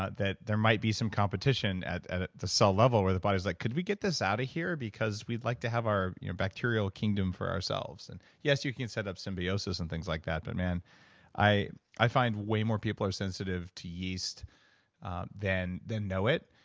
ah that there might be some competition at at the cell level where the body's like, could we get this outta here? because we'd like to have our bacterial kingdom for ourselves. and yes you can set up symbiosis and things like that, but i i find way more people are sensitive to yeast than than know it.